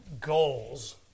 goals